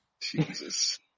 Jesus